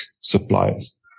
suppliers